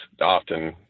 often